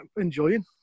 enjoying